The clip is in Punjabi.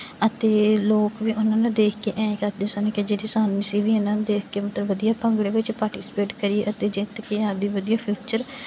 ਅਤੇ ਲੋਕ ਵੀ ਉਹਨਾਂ ਨੂੰ ਦੇਖ ਕੇ ਐਂ ਕਰਦੇ ਸਨ ਕਿ ਜਿਹੜੀ ਸਾਨੂੰ ਅਸੀਂ ਵੀ ਇਹਨਾਂ ਨੂੰ ਦੇਖ ਕੇ ਮਤਲਬ ਵਧੀਆ ਭੰਗੜੇ ਵਿੱਚ ਪਾਰਟੀਸਪੇਟ ਕਰੀਏ ਅਤੇ ਜਿੱਤ ਕੇ ਆਪਦਾ ਵਧੀਆ ਫਿਊਚਰ